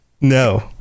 No